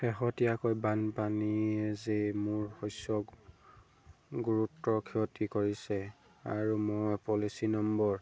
শেহতীয়াকৈ বানপানীয়ে যে মোৰ শস্যৰ গুৰুতৰ ক্ষতি কৰিছে আৰু মই পলিচি নম্বৰ